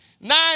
nine